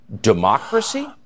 Democracy